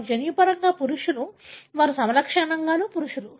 వారు జన్యుపరంగా పురుషులు వారు సమలక్షణంగా పురుషులు